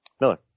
Miller